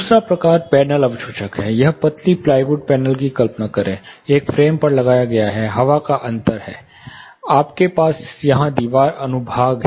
दूसरा प्रकार पैनल अवशोषक है एक पतली प्लाईवुड पैनल की कल्पना करें एक फ्रेम पर लगाया गया है हवा का अंतर है आपके पास यहां दीवार अनुभाग है